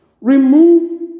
Remove